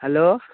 hello